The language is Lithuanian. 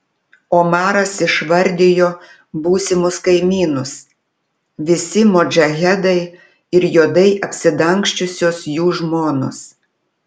omaras išvardijo būsimus kaimynus visi modžahedai ir juodai apsidangsčiusios jų žmonos